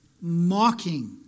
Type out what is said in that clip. mocking